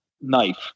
knife